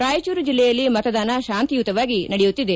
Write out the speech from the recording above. ರಾಯಚೂರು ಜಿಲ್ಲೆಯಲ್ಲಿ ಮತದಾನ ಶಾಂತಿಯುತವಾಗಿ ನಡೆಯುತ್ತಿದೆ